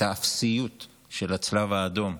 את האפסיות של הצלב האדום,